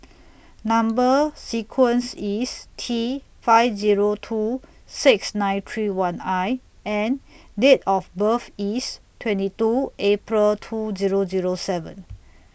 Number sequence IS T five Zero two six nine three one I and Date of birth IS twenty two April two Zero Zero seven